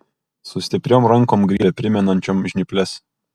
su stipriom rankom griebė primenančiom žnyples